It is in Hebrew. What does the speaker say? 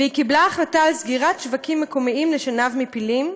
והיא קיבלה החלטה על סגירת שווקים מקומיים לשנהב מפילים,